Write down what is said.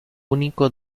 único